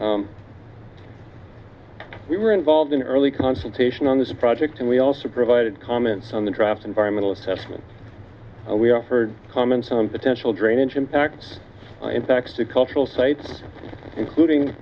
we were involved in early consultation on this project and we also provided comments on the draft environmental assessment we offered comments on potential drainage impacts impacts a cultural sites including